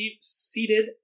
seated